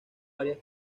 varias